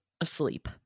asleep